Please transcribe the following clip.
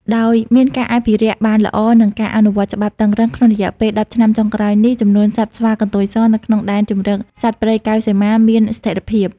ដោយមានការអភិរក្សបានល្អ និងការអនុវត្តច្បាប់តឹងរ៉ឹង ក្នុងរយៈពេល ១០ឆ្នាំចុងក្រោយនេះ ចំនួនសត្វស្វាកន្ទុយសនៅក្នុងដែនជម្រកសត្វព្រៃកែវសីមាមានស្ថេរភាព។